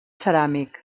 ceràmic